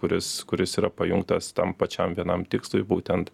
kuris kuris yra pajungtas tam pačiam vienam tikslui būtent